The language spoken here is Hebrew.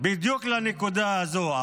בדיוק לנקודה הזו.